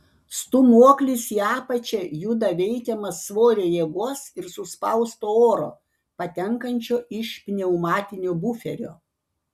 stūmoklis į apačią juda veikiamas svorio jėgos ir suspausto oro patenkančio iš pneumatinio buferio